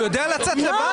הוא יודע לצאת לבד,